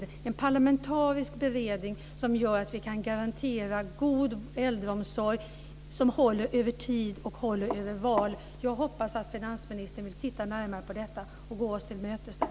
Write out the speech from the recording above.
Det bör vara en parlamentarisk beredning, som gör att vi kan garantera god äldreomsorg som håller över tid och över val. Jag hoppas att socialministern vill titta närmare på detta och gå oss till mötes där.